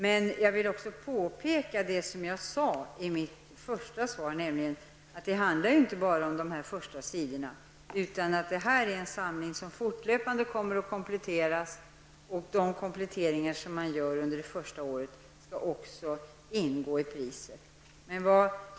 Som jag sade i mitt svar handlar det ju inte bara om de första sidorna, utan denna samling kommer fortlöpande att kompletteras. Det första årets kompletteringar ingår i priset.